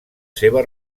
seva